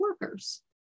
workers